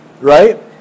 right